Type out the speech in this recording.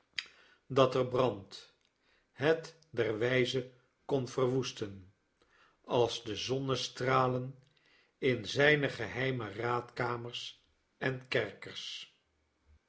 dat er brandt het derwijze kon verwoesten als de zonnestralen in zijne geheime raadkamers en kerkers